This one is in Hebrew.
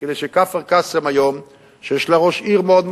כדי שכפר-קאסם, שיש לה ראש עיר מאוד מוכשר,